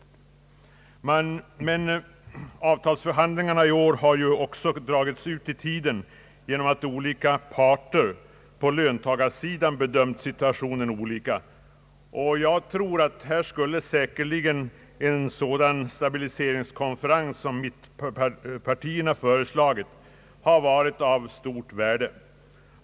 Årets avtalsförhandlingar har också dragit ut på tiden genom att olika parter på löntagarsidan bedömt situationen olika. Här skulle säkerligen en sådan stabiliseringskonferens som mittenpartierna föreslagit vara av stort värde.